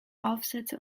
aufsätze